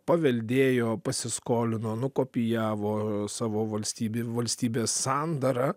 paveldėjo pasiskolino nukopijavo savo valstybėje valstybės sandarą